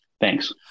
Thanks